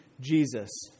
Jesus